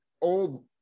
old